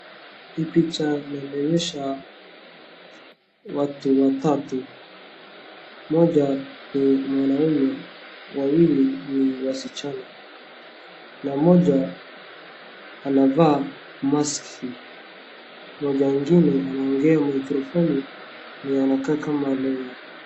Hii picha inanionyesha watu watatu, mmoja ni mwanaume, wawili ni wasichana, na mmoja anavaa mask moja ingine anaongea mikrofoni, mwenye anakaa kama lawyer .